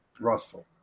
Russell